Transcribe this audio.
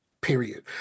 Period